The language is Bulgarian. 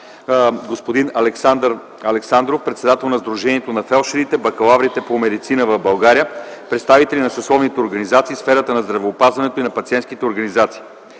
господин Александър Александров – председател на Сдружението на фелдшерите - бакалаври по медицина в България, представители на съсловните организации в сферата на здравеопазването и на пациентските организации.